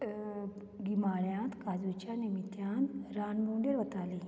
गिमाळ्यात काजुच्या निमित्यान रान भोंवडेर वतालीं